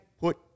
put